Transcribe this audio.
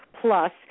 Plus